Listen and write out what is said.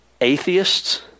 atheists